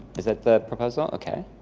is that the proposal? okay.